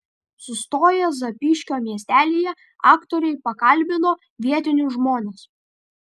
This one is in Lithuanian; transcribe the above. sustoję zapyškio miestelyje aktoriai pakalbino vietinius žmones